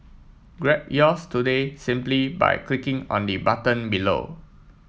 grab yours today simply by clicking on the button below